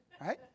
right